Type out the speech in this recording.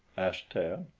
asked tan.